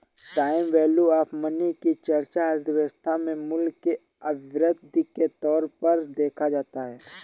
time value of money की चर्चा अर्थव्यवस्था में मूल्य के अभिवृद्धि के तौर पर देखा जाता है